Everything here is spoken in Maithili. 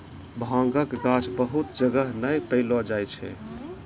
भांगक गाछ बहुत जगह नै पैलो जाय छै